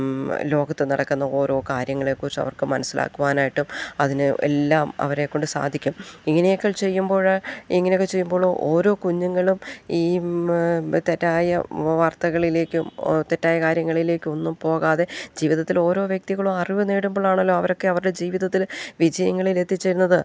ലോകത്ത് നടക്കുന്ന ഓരോ കാര്യങ്ങളെക്കുറിച്ച് അവർക്ക് മനസ്സിലാക്കുവാനായിട്ടും അതിന് എല്ലാം അവരെക്കൊണ്ട് സാധിക്കും ഇങ്ങനെയൊക്കെ ചെയ്യുമ്പോൾ ഇങ്ങനെയൊക്കെ ചെയ്യുമ്പോൾ ഓരോ കുഞ്ഞുങ്ങളും ഈ തെറ്റായ വാർത്തകളിലേക്കും തെറ്റായ കാര്യങ്ങളിലേക്കൊന്നും പോകാതെ ജീവിതത്തിൽ ഓരോ വ്യക്തികളും അറിവ് നേടുമ്പോഴാണല്ലോ അവരെയൊക്കെ അവരുടെ ജീവിതത്തിൽ വിജയങ്ങളിലെത്തിച്ചേരുന്നത്